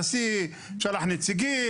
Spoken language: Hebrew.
הנשיא שלח נציגים,